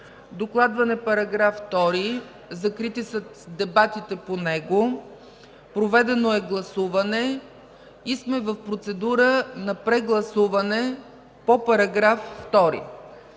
Докладван е § 2. Закрити са дебатите по него. Проведено е гласуване и сме в процедура на прегласуване по § 2.